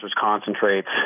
concentrates